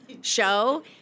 show